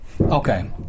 okay